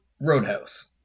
Roadhouse